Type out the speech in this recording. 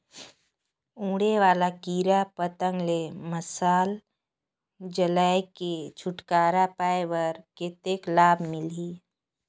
उड़े वाला कीरा पतंगा ले मशाल जलाय के छुटकारा पाय बर कतेक लाभ मिलही?